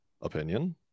opinion